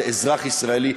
אל אזרח ישראלי,